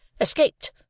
Escaped